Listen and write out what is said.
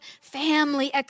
family